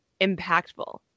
impactful